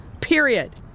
period